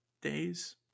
days